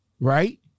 right